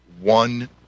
one